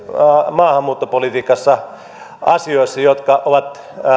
maahanmuuttopolitiikassa asioissa jotka ovat